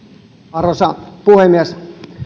arvoisa puhemies